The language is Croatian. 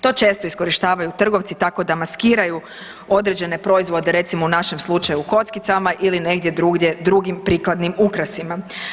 To često iskorištavaju trgovci tako da maskiraju određene proizvode recimo u našem slučaju kockicama ili negdje drugdje drugim prikladnim ukrasima.